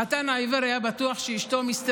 החתן העיוור היה בטוח שאשתו מיס תבל,